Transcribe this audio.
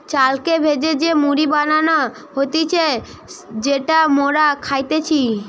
চালকে ভেজে যে মুড়ি বানানো হতিছে যেটা মোরা খাইতেছি